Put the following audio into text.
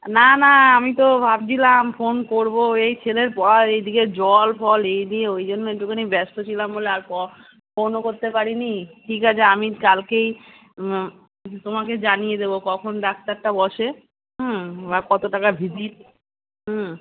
না না আমি তো ভাবছিলাম ফোন করবো এই ছেলের পড়ার এই দিকে জল ফল এই নিয়ে ওই জন্য একটুখানি ব্যস্ত ছিলাম বলে আর প ফোনও করতে পারিনি ঠিক আছে আমি কালকেই তোমাকে জানিয়ে দেবো কখন ডাক্তারটা বসে হুম বা কত টাকা ভিসিট হুম